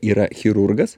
yra chirurgas